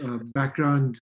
background